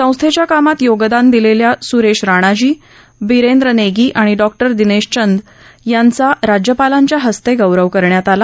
संस्थेच्या कामात योगदान दिलेल्या सुरेश राणाजी बिरेंद्र नेगी आणि डॉक्टर दिनेश चंद यांचा राज्यपालांच्या हस्ते गौरवही करण्यात आला